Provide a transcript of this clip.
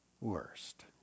worst